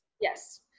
Yes